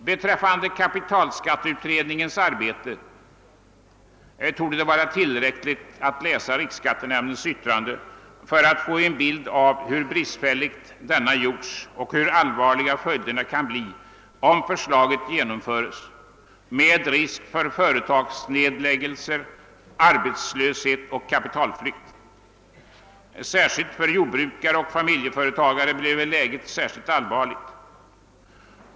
Beträffande kapitalskatteutredningens arbete torde det vara tillräckligt att läsa riksskattenämndens yttrande för att få en bild av hur bristfälligt denna gjorts och hur allvarliga följderna kan bli om förslaget genomförs med risk för företagsnedläggelser, arbetslöshet och kapitalflykt. Särskilt för jordbrukare och familjeföretagare bleve läget mycket allvarligt.